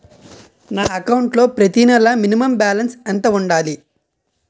నా అకౌంట్ లో ప్రతి నెల మినిమం బాలన్స్ ఎంత ఉండాలి?